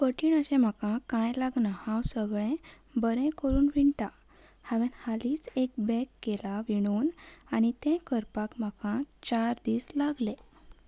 कठीण अशें म्हाका कांय लागना हांव सगळें बरें करून विणटां हांवें हालींच एक बॅग केलां विणून आनी तें करपाक म्हाका चार दीस लागलें